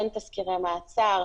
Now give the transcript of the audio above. אין תסקירי מעצר.